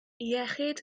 iechyd